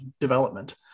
development